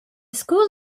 school